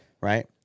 right